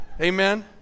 Amen